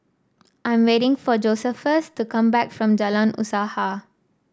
I am waiting for Josephus to come back from Jalan Usaha